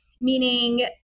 meaning